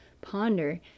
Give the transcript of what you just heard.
ponder